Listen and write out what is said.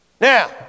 Now